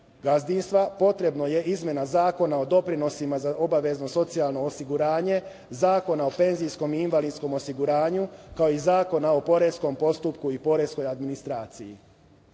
gazdinstva, potrebna je izmena Zakona o doprinosima za obavezno socijalno osiguranje, Zakona o penzijskom i invalidskom osiguranju, kao i Zakona o poreskom postupku i poreskoj administraciji. Moja